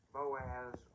Boaz